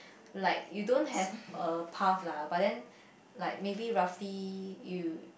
like you don't have a path lah but then like maybe roughly you